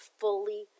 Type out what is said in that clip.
fully